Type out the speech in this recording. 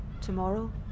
tomorrow